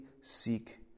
seek